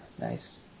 Nice